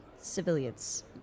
civilians